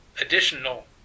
additional